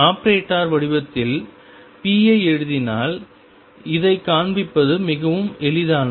operator வடிவத்தில் p ஐ எழுதினால் இதைக் காண்பிப்பது மிகவும் எளிதானது